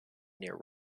near